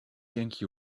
yankee